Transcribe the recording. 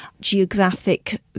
geographic